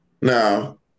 No